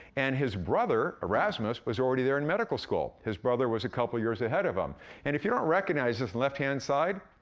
and his brother, erasmus, was already there in medical school. his brother was a couple years ahead of him. and if you don't recognize this on left-hand side,